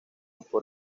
por